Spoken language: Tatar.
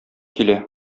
килә